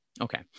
Okay